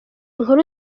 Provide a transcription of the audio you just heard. inkuru